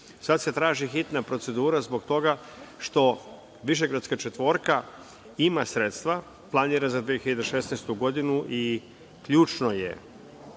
Sada se traži hitna procedura zbog toga što Višegradska četvorka ima sredstva, planira za 2016. godinu i ključno je